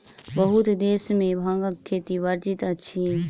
बहुत देश में भांगक खेती वर्जित अछि